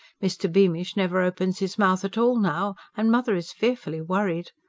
mr. beamish never opens his mouth at all now, and mother is fearfully worried.